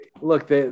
look